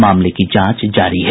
मामले की जांच जारी है